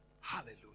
Hallelujah